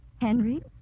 Henry